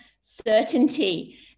certainty